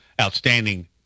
outstanding